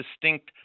distinct